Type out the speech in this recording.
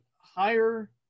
higher